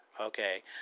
okay